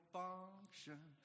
function